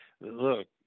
look